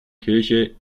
kirche